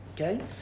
Okay